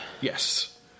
Yes